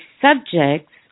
subjects